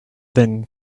than